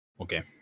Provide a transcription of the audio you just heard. Okay